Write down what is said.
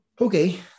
okay